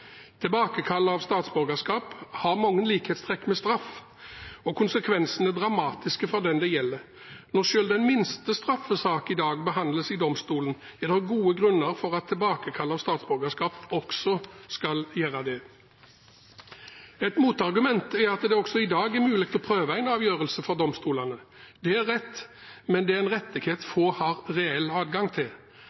Tilbakekall av statsborgerskap har mange likhetstrekk med straff, og konsekvensene er dramatiske for den det gjelder. Når selv den minste straffesak i dag behandles i domstolen, er det gode grunner for at tilbakekall av statsborgerskap også skal gjøre det. Et motargument er at det også i dag er mulig å prøve en avgjørelse for domstolene. Det er riktig, men det er en rettighet få har reell adgang til.